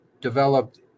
developed